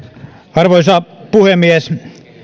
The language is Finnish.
arvoisa puhemies